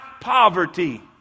poverty